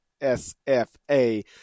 SFA